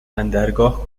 بندرگاه